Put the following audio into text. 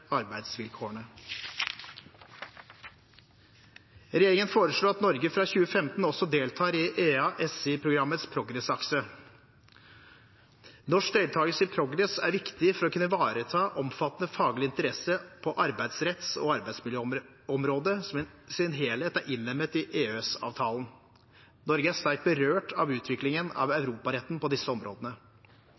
arbeidsvilkårene. Regjeringen foreslår at Norge fra 2015 også deltar i EaSI-programmets PROGRESS-akse. Norsk deltakelse i PROGRESS er viktig for å kunne ivareta omfattende faglige interesser på arbeidsretts- og arbeidsmiljøområdet, som i sin helhet er innlemmet i EØS-avtalen. Norge er sterkt berørt av utviklingen av europaretten på disse områdene.